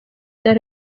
that